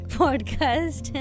podcast